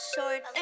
Short